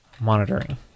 monitoring